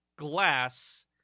glass